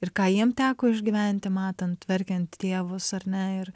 ir ką jiem teko išgyventi matant verkiant tėvus ar ne ir